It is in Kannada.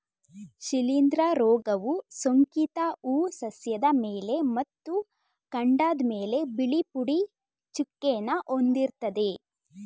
ಶಿಲೀಂಧ್ರ ರೋಗವು ಸೋಂಕಿತ ಹೂ ಸಸ್ಯದ ಎಲೆ ಮತ್ತು ಕಾಂಡದ್ಮೇಲೆ ಬಿಳಿ ಪುಡಿ ಚುಕ್ಕೆನ ಹೊಂದಿರ್ತದೆ